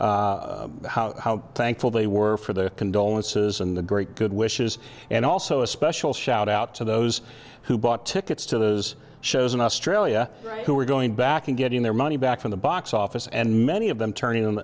universe how thankful they were for their condolences and the great good wishes and also a special shout out to those who bought tickets to those shows in australia who were going back and getting their money back from the box office and many of them turning